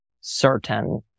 certain